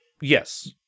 Yes